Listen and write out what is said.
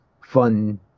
fun